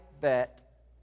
bet